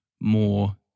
more